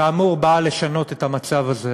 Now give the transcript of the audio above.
כאמור, באה לשנות את המצב הזה.